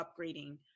upgrading